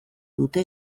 dute